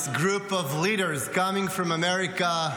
group of leaders coming from America.